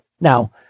Now